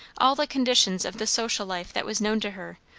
all the conditions of the social life that was known to her,